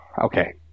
okay